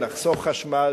נחסוך חשמל,